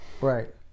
Right